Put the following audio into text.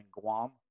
Guam